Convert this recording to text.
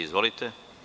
Izvolite.